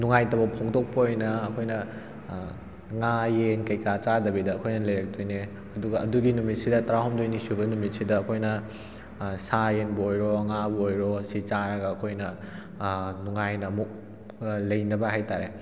ꯅꯨꯡꯉꯥꯏꯇꯕ ꯐꯣꯡꯗꯣꯛꯄ ꯑꯣꯏꯅ ꯑꯩꯈꯣꯏꯅ ꯉꯥ ꯌꯦꯟ ꯀꯩꯀ ꯆꯥꯗꯕꯤꯗ ꯑꯩꯈꯣꯏꯅ ꯂꯩꯔꯛꯇꯣꯏꯅꯦ ꯑꯗꯨꯒ ꯑꯗꯨꯒꯤ ꯅꯨꯃꯤꯠꯁꯤꯗ ꯇꯔꯥ ꯍꯨꯝꯗꯣꯏꯅꯤ ꯁꯨꯕ ꯅꯨꯃꯤꯠꯁꯤꯗ ꯑꯩꯈꯣꯏꯅ ꯁꯥ ꯌꯦꯟꯕꯨ ꯑꯣꯏꯔꯣ ꯉꯥꯕꯨ ꯑꯣꯏꯔꯣ ꯁꯤ ꯆꯥꯔꯒ ꯑꯩꯈꯣꯏꯅ ꯅꯨꯡꯉꯥꯏꯅ ꯑꯃꯨꯛ ꯂꯩꯅꯕ ꯍꯥꯏꯇꯥꯔꯦ